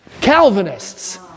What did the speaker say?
Calvinists